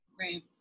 Right